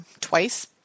twice